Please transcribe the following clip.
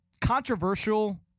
controversial